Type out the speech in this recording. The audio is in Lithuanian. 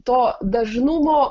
to dažnumo